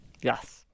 Yes